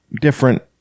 different